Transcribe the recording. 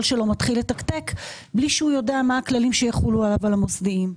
שלו מתחיל לתקתק בלי שהוא יודע מה הכללים שיחולו עליו על המוסדיים.